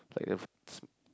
like the